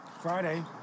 Friday